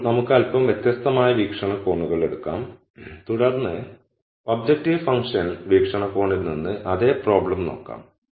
ഇപ്പോൾ നമുക്ക് അല്പം വ്യത്യസ്തമായ വീക്ഷണകോണുകൾ എടുക്കാം തുടർന്ന് ഒബ്ജക്റ്റീവ് ഫങ്ക്ഷൻ വീക്ഷണകോണിൽ നിന്ന് അതേ പ്രോബ്ലം നോക്കാം